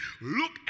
look